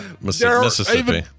Mississippi